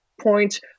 point